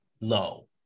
low